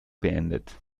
beendet